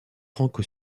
franco